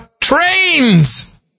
trains